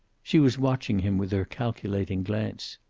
she was watching him with her calculating glance.